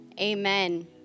amen